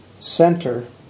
Center